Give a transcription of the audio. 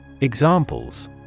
Examples